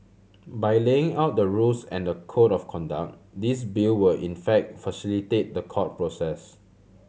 by laying out the rules and the code of conduct this Bill will in fact facilitate the court process